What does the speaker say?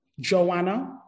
Joanna